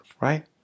right